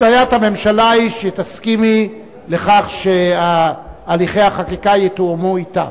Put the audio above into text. התניית הממשלה היא שתסכימי לכך שהליכי החקיקה יתואמו אתה.